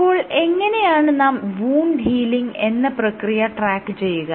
അപ്പോൾ എങ്ങനെയാണ് നാം വൂണ്ട് ഹീലിങ് എന്ന പ്രക്രിയ ട്രാക്കുചെയ്യുക